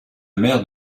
mère